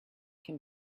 can